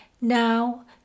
Now